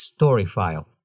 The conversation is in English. StoryFile